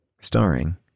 starring